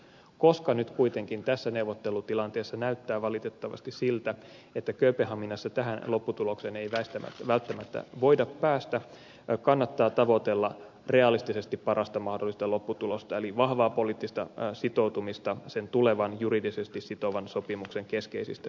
koska nyt kuitenkin tässä neuvottelutilanteessa näyttää valitettavasti siltä että kööpenhaminassa tähän lopputulokseen ei välttämättä voida päästä kannattaa tavoitella realistisesti parasta mahdollista lopputulosta eli vahvaa poliittista sitoutumista sen tulevan juridisesti sitovan sopimuksen keskeisistä sisällöistä